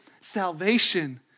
salvation